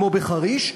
כמו בחריש,